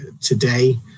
today